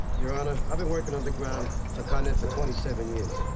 your honor, i've been working underground for con ed for twenty seven years.